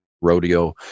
rodeo